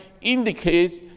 indicates